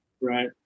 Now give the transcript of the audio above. Right